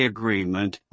Agreement